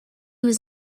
was